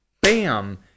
Bam